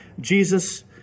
Jesus